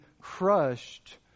crushed